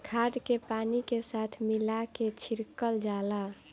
खाद के पानी के साथ मिला के छिड़कल जाला